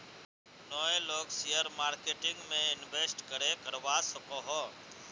नय लोग share marketing में इंवेस्ट करे करवा सकोहो?